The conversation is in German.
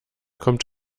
kommt